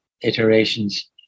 iterations